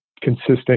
consistent